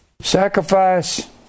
sacrifice